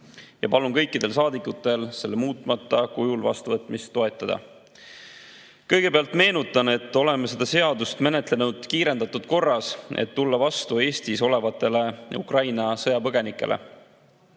ja palun kõikidel saadikutel selle muutmata kujul vastuvõtmist toetada. Kõigepealt meenutan, et oleme seda seadust menetlenud kiirendatud korras, et tulla vastu Eestis olevatele Ukraina sõjapõgenikele.